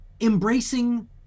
embracing